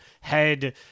head